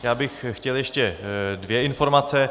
Já bych chtěl ještě dvě informace.